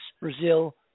Brazil